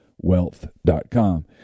Wealth.com